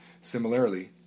Similarly